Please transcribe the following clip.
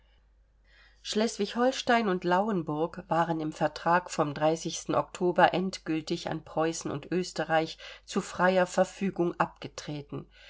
schleswig holstein und lauenburg waren im vertrag vom oktober endgültig an preußen und österreich zu freier verfügung abgetreten